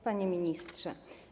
Panie Ministrze!